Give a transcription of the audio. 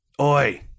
Oi